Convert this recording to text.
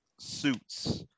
suits